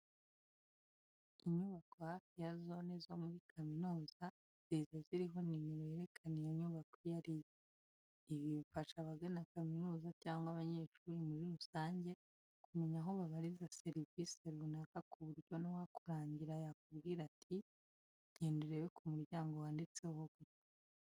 Inyubako hafi ya zone zo muri kaminuza ziza ziriho nimero yerekana iyo nyubako iyo ari yo. Ibi bifasha abagana kaminuza cyangwa abanyeshuri muri rusange kumenya aho babariza serivise runaka ku buryo n'uwakurangira yakubwira ati:" genda urebe ku muryango wanditseho gutya."